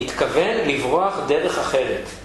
התכוון לברוח דרך אחרת.